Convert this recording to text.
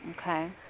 Okay